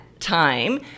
time